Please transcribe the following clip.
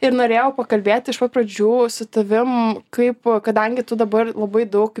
ir norėjau pakalbėti iš pat pradžių su tavim kaip kadangi tu dabar labai daug